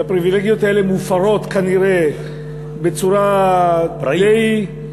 והפריבילגיות האלה מופרות כנראה בצורה אינטנסיבית,